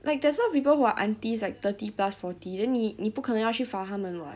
like there's a lot of people who are aunties like thirty plus forty then 你你不可能要去罚他们 [what]